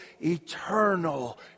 eternal